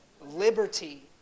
Liberty